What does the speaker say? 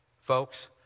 Folks